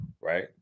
right